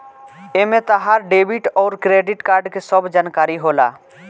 एमे तहार डेबिट अउर क्रेडित कार्ड के सब जानकारी होला